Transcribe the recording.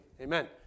amen